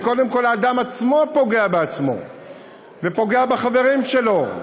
כי קודם כול האדם פוגע בעצמו ופוגע בחברים שלו.